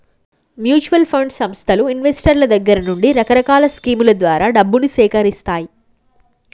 mutual fund సంస్థలు ఇన్వెస్టర్ల దగ్గర నుండి రకరకాల స్కీముల ద్వారా డబ్బును సేకరిత్తాయి